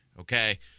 okay